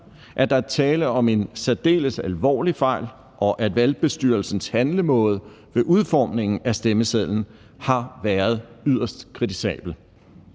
at der er tale om en særdeles alvorlig fejl, og at valgbestyrelsens handlemåde ved udformningen af stemmesedlen har været yderst kritisabel.